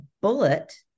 bullet